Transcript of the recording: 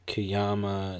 Kiyama